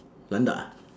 panda ah